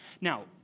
Now